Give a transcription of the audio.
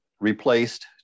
replaced